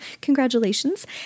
Congratulations